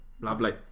Lovely